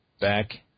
back